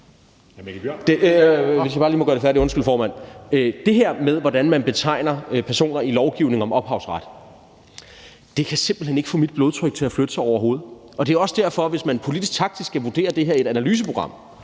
Det her med, hvordan man betegner personer i lovgivningen om ophavsret, kan simpelt hen ikke få mit blodtryk til at flytte sig overhovedet, og det er også derfor, at hvis man politisk taktisk vurderer det her i et analyseprogram,